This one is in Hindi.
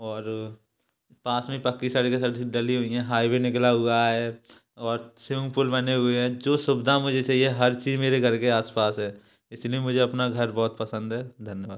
और पास में पक्की सड़कें डली हुई हैं हाईवे निकला हुआ है और स्विमिंग पूल बने हुए हैं जो सुविधा मुझे चाहिए हर चीज मेरे घर के आसपास है इसीलिए मुझे अपना घर बहुत पसंद है धन्यवाद